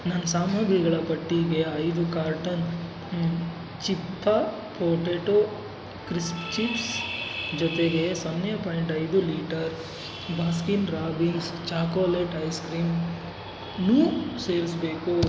ನನ್ನ ಸಾಮಗ್ರಿಗಳ ಪಟ್ಟಿಗೆ ಐದು ಕಾರ್ಟನ್ ಚಿಪ್ಪಾ ಪೊಟೇಟೊ ಕ್ರಿಸ್ಪ್ಸ್ ಚಿಪ್ಸ್ ಜೊತೆಗೆ ಸೊನ್ನೆ ಪೋಯಿಂಟ್ ಐದು ಲೀಟರ್ ಬಾಸ್ಕಿನ್ ರಾಬಿನ್ಸ್ ಚಾಕೊಲೇಟ್ ಐಸ್ಕ್ರೀಮ್ನೂ ಸೇರಿಸಬೇಕು